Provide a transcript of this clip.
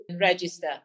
register